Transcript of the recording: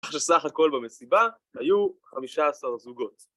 שסך הכל במסיבה היו 15 זוגות.